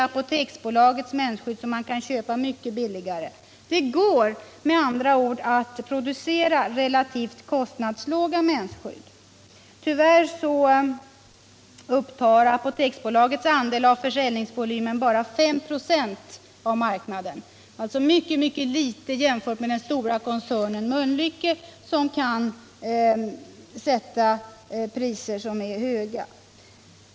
Apoteksbolagets mensskydd kan köpas mycket billigare. Det går med andra ord att producera relativt kostnadslåga mensskydd. Tyvärr upptar Apoteksbolagets andel av försäljningsvolymen bara 5 26 av marknaden, alltså väldigt litet jämfört med Mölnlycke AB, som kan hålla höga priser.